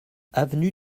avenue